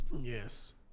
Yes